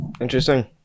Interesting